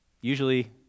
usually